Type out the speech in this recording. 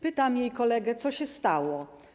Pytam jej kolegę: Co się stało?